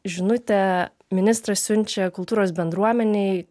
žinutę ministras siunčia kultūros bendruomenei